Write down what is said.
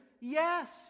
yes